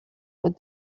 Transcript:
what